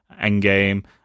Endgame